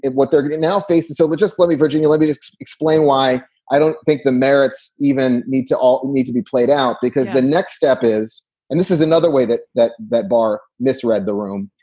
and what they're going to now face. and so we're but just let me virginia, let me just explain why i don't think the merits even need to all need to be played out, because the next step is and this is another way that that that bar misread the room.